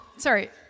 sorry